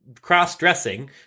cross-dressing